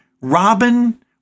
Robin